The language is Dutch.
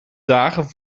dagen